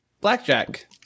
blackjack